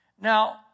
Now